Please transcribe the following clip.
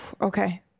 Okay